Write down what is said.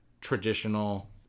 traditional